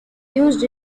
used